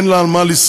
אין לה על מה לסמוך.